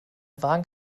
wagen